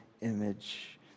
image